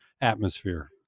atmosphere